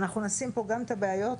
אנחנו נשים פה גם את הבעיות,